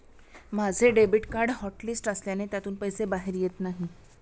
माझे debit card hotlist असल्याने त्यातून पैसे बाहेर येत नाही